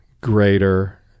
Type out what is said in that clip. greater